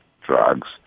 drugs